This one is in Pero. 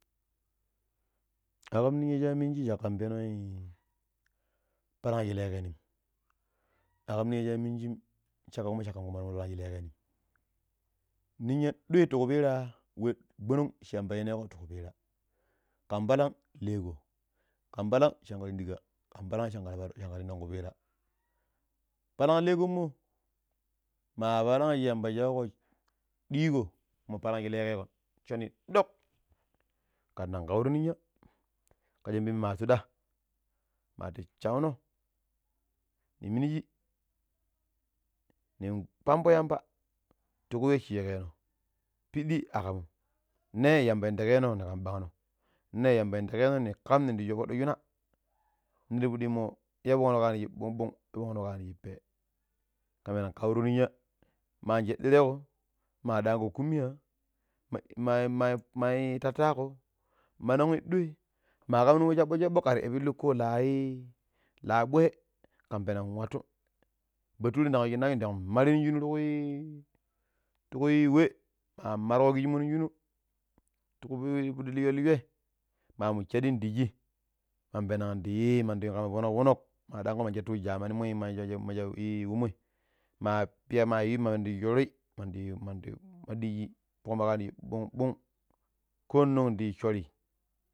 Akam ninya shi a minji shakkan pano ii palan shi lekemim. Akam ninye shi a minjim shakka kuma shakan nkuma toomo palan shi lekenim. Ninya doi ti kupira we gbonong shi yamba yineko ti kupira kan palan lee ko, kan palan shin kar yun dinka kan pala shika ta indo kupira, palan leekon mo, ma palan shi yamba suakon diko mo palan shi leekekon shoni dok kandan kauru ninya. Kasha pemu atu daa maa ti sauno ne miniji min pambo yamba tuku we shi yikeno. Pidi akam ne yamba indikeno ni kam banno ne yamba indigeno, ne yamba indike ni kam ninda fodo shimna mindi yi yimo yabonno kaniji bong-bong yabonno kaani pee. Ka peeni kauru ninya ma ajeddirego ma danko kummiyya? Mai ma ma mai tattako ma noni doi ma kam nin wu sabo sabo kar iyu pillu ko laaii la bwe kan penan inwattu. Bature ndan yu shinaju dan mar nin shinu ti kue ti kui wa, ma marko kijimo nin shinu ti pidi liyo liyoi mamu sadi ndi shai ma pena ndi yi ndi yin kama foonok foonok. Ma dinko man satu wu jamanimoi maja wo moi ma piyi ma yu mandi shoori mandi mandi kodigi fakki ma wanni bong bong ko nong da yi shoori?